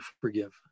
forgive